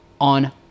on